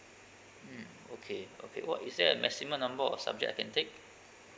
mm okay okay what is there a maximum number of subject I can take